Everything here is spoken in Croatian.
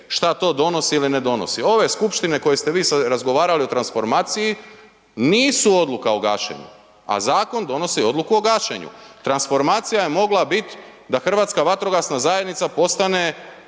što to donosi ili ne donosi. Ove skupštine koje ste vi razgovarali o transformaciji nisu odluka o gašenju, a zakon donosi odluku o gašenju. Transformacija je mogla biti da HVZ postane udruga sa